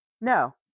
No